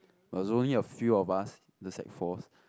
but is only a few of us the sec fours